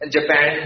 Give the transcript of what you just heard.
Japan